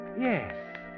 Yes